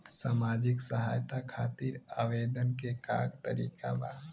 सामाजिक सहायता खातिर आवेदन के का तरीका बा?